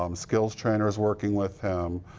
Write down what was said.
um skills trainers working with him,